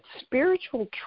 spiritual